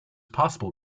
possible